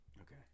Okay